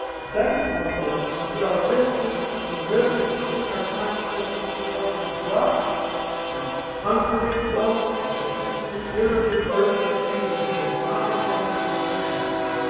the second point is we are risking, in the risk of pushing our climate system towards an and abrupt and unpredictable and potential irreversible changes with high damaging impacts.